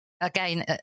again